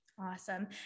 Awesome